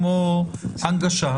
כמו הנגשה.